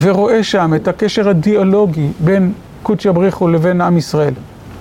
ורואה שם את הקשר הדיאלוגי בין קודשא בריך הוא לבין עם ישראל.